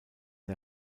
der